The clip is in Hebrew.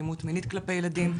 אלימות מינית כלפי ילדים,